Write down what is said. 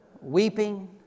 Weeping